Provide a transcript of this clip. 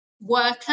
worker